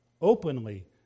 openly